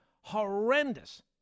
horrendous